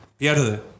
pierde